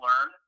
learn